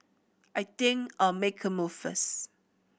I think I'll make a move first